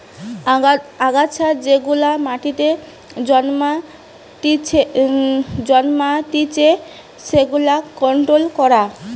আগাছা যেগুলা মাটিতে জন্মাতিচে সেগুলার কন্ট্রোল করা